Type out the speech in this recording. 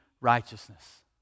righteousness